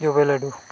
ᱡᱚᱵᱮ ᱞᱟᱹᱰᱩ